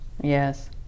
yes